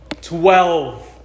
Twelve